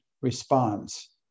responds